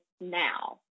now